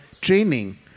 training